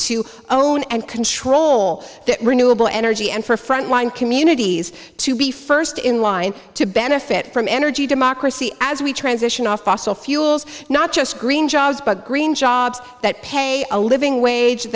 to own and control that renewable energy and for frontline communities to be first in line to benefit from energy democracy as we transition office all fuels not just green jobs but green jobs that pay a living wage